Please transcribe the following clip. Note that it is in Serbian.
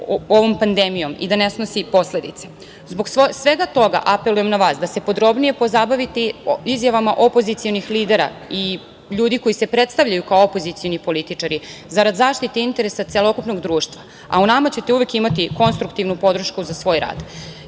ovom pandemijom i da ne snosi posledice. Zbog svega toga apelujem na vas da se podrobnije pozabavite izjavama opozicionih lidera i ljudi koji se predstavljaju kao opozicioni političari zarad zaštite interesa celokupnog društva, a u nama ćete uvek imati konstruktivnu podršku za svoj rad.U